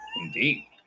Indeed